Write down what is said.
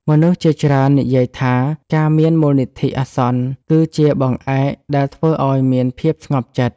មនុស្សជាច្រើននិយាយថា ការមានមូលនិធិអាសន្ន គឺជាបង្អែកដែលធ្វើឲ្យមានភាពស្ងប់ចិត្ត។